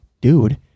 dude